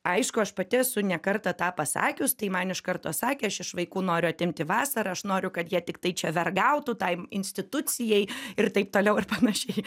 aišku aš pati esu ne kartą tą pasakius tai man iš karto sakė aš iš vaikų noriu atimti vasarą aš noriu kad jie tiktai čia vergautų tai institucijai ir taip toliau ir panašiai